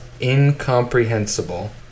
incomprehensible